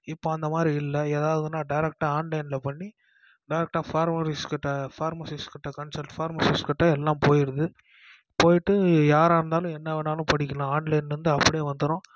இப்போது அந்த மாதிரி இல்லை எதாவதுனால் டேரக்ட்டாக ஆன்லைனில் பண்ணி டேரக்ட்டாக பார்மரிஸ் கிட்டே பார்மசிஸ் கிட்டே கன்சல்ட் பார்மசிஸ் கிட்டே எல்லாம் போய்டுது போய்விட்டு யாராக இருந்தாலும் என்ன வேண்ணாலும் படிக்கலாம் ஆன்லைன்லேருந்து அப்படியே வந்துடும்